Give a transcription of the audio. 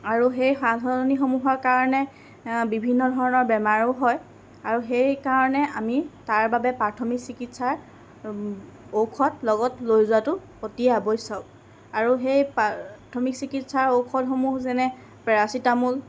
আৰু সেই সালসলনি সমূহৰ কাৰণে বিভিন্ন ধৰণৰ বেমাৰো হয় আৰু সেইকাৰণে আমি তাৰবাবে প্ৰাথমিক চিকিৎসা ঔষধ লগত লৈ যোৱাতো অতি আৱশ্যক আৰু সেই প্ৰাথমিক চিকিৎসাৰ ঔষধসমূহ যেনে পেৰাচিটামল